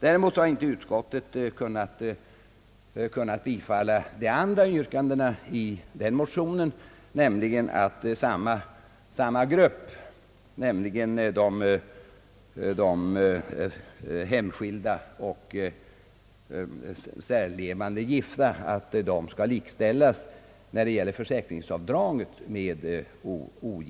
Däremot har utskottet inte kunnat tillstyrka de andra yrkandena i motionen, nämligen att samma grupp, de hemskilda och särlevande gifta, skall likställas med ogifta med barn när det gäller försäkringsavdraget.